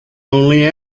only